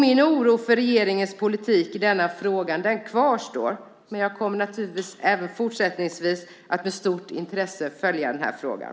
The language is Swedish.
Min oro för regeringens politik i denna fråga kvarstår. Jag kommer naturligtvis även fortsättningsvis att med stort intresse följa den här frågan.